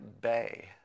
bay